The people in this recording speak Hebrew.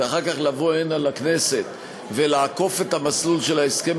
ואחר כך לבוא הנה לכנסת ולעקוף את המסלול של ההסכם